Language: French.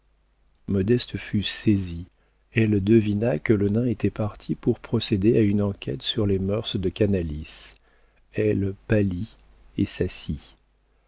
modeste fut saisie elle devina que le nain était parti pour procéder à une enquête sur les mœurs de canalis elle pâlit et s'assit